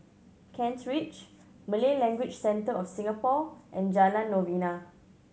Kent Ridge Malay Language Center of Singapore and Jalan Novena